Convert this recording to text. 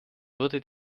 wurde